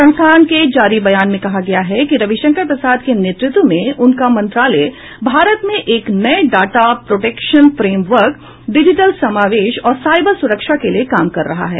संस्थान के जारी बयान में कहा गया है कि रविशंकर प्रसाद के नेतृत्व में उनका मंत्रालय भारत में एक नये डाटा प्रोटेक्शन फ्रेमवर्क डिजिटल समावेश और साइबर सुरक्षा के लिये काम कर रहा है